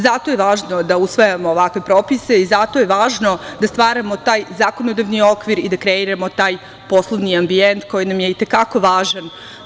Zato je važno da usvajamo ovakve propise i zato je važno da stvaramo taj zakonodavni okvir i da kreiramo taj poslovni ambijent koji nam je i te kako važan.